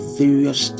various